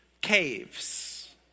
caves